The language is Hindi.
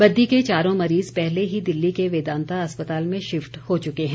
बद्दी के चारों मरीज पहले ही दिल्ली के वेदांता अस्पताल में शिफ्ट हो चुके हैं